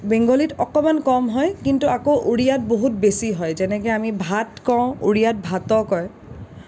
বেংগলীত অকণমান কম হয় কিন্তু আকৌ উৰিয়াত বহুত বেছি হয় যেনেকৈ আমি ভাত কওঁ উৰিয়াত ভাত' কয়